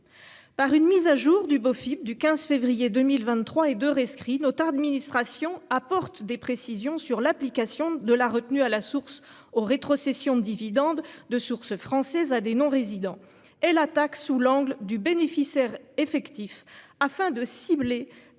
Par la mise à jour du Bofip du 15 février 2023 et deux rescrits, notre administration apporte des précisions sur l'application de la retenue à la source aux rétrocessions de dividendes de source française à des non-résidents : elle attaque sous l'angle du bénéficiaire effectif afin de cibler